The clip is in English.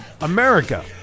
America